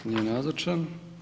Nije nazočan.